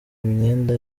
imyenda